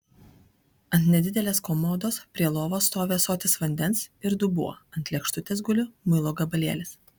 ant nedidelės komodos prie lovos stovi ąsotis vandens ir dubuo ant lėkštutės guli muilo gabalėlis